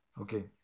Okay